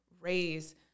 raise